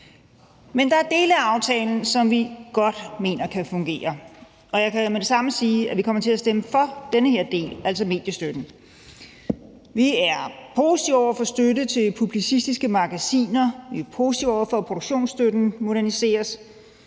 Men der er dele af aftalen, som vi godt mener kan fungere, og jeg kan da med det samme sige, at vi kommer til at stemme for den her del, altså mediestøtten. Vi er positive over for støtte til publicistiske magasiner, vi er positive over for, at produktionsstøtten moderniseres,